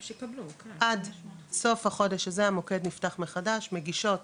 עד סוף החודש הזה המוקד נפתח מחדש מגישות